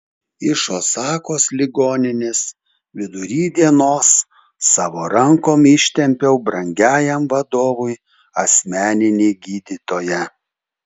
iš osakos ligoninės vidury dienos savo rankom ištempiau brangiajam vadovui asmeninį gydytoją